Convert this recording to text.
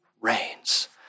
reigns